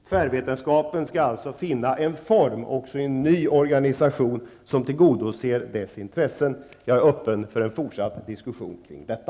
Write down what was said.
Tvärvetenskapen skall alltså finna en form också inom ramen för en ny organisation som tillgodoser dess intressen. Jag är öppen för fortsatt diskussion kring detta.